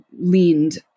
leaned